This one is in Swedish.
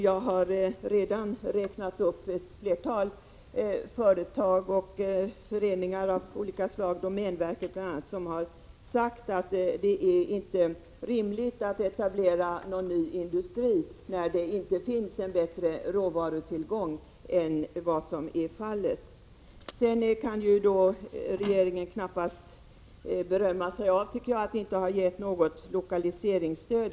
Jag har redan räknat upp ett flertal företag och föreningar av olika slag, bl.a. domänverket, som har sagt att det inte är rimligt att etablera någon ny industri när vi inte har en bättre råvarutillgång än vad som är fallet. Regeringen kan knappast berömma sig av, tycker jag, att inte ha gett något lokaliseringsstöd.